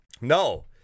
No